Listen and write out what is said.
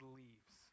leaves